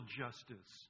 justice